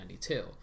1992